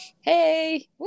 Hey